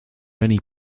many